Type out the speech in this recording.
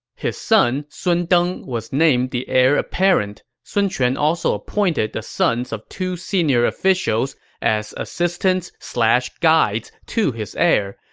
his son sun deng was named the heir apparent. sun quan also appointed the sons of two senior officials as assistants slash guides to his heir.